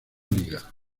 liga